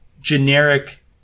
generic